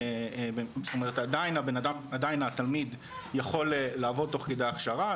זאת אומרת עדיין התלמיד יכול לעבוד תוך כדי הכשרה,